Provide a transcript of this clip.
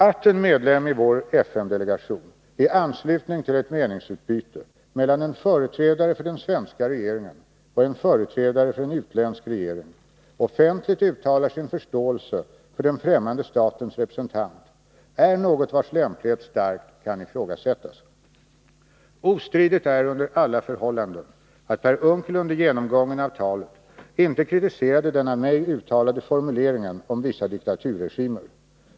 Att en medlem i vår FN-delegation i anslutning till ett meningsutbyte mellan en företrädare för den svenska regeringen och en företrädare för en utländsk regering offentligt uttalar sin förståelse för den främmande statens representant är något vars lämplighet starkt kan ifrågasättas. Ostridigt är under alla förhållanden att Per Unckel under genomgången av talet inte kritiserade den av mig uttalade formuleringen om vissa diktaturregimer.